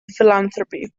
philanthropy